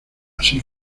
así